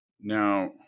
Now